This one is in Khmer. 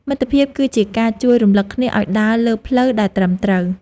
មិត្តភាពគឺជាការជួយរំលឹកគ្នាឱ្យដើរលើផ្លូវដែលត្រឹមត្រូវ។